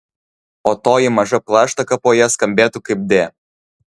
o toji maža plaštaka po ja skambėtų kaip d